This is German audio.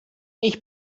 ich